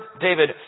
David